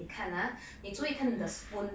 你看 ah 你注意看 the spoon